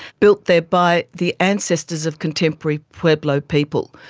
built there by the ancestors of contemporary pueblo people,